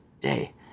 day